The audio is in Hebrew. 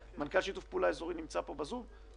מנכ"ל המשרד לשיתוף פעולה אזורי נמצא פה בזום?